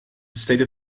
state